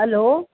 hello